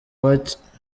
bacye